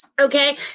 Okay